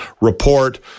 report